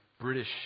British